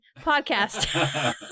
podcast